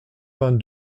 vingt